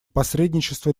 посредничество